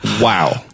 wow